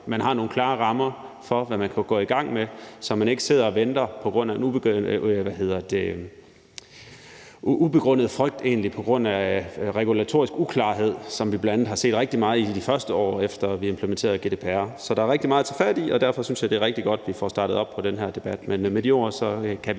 har nogle klare rammer for, hvad man kan gå i gang med, så man ikke sidder og venter på grund af ubegrundet frygt og egentlig på grund af regulatorisk uklarhed, som vi bl.a. har set rigtig meget, i de første år efter vi implementerede GDPR? Så der er rigtig meget at tage fat i, og derfor synes jeg, det er rigtig godt, vi får startet på den her debat.